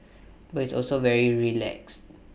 but it's also very relaxed